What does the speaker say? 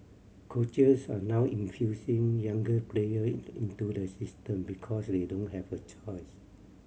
coaches are now infusing younger player in into the system because they don't have a choice